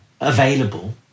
available